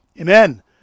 Amen